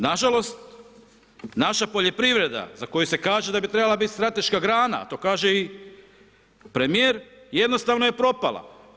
Nažalost, naša poljoprivreda za koju se kaže da bi trebala biti strateška grana a to kaže i premijer, jednostavno je propala.